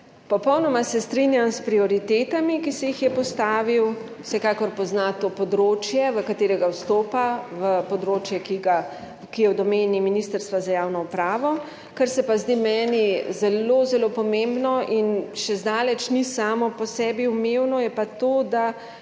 Popolnoma se strinjam s prioritetami, ki si jih je postavil. Vsekakor pozna to področje, v katerega vstopa, v področje, ki je v domeni Ministrstva za javno upravo, kar se pa zdi meni zelo, zelo pomembno in še zdaleč ni samo po sebi umevno, je pa to, da